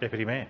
deputy mayor